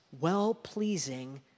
well-pleasing